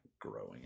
growing